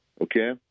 okay